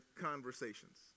conversations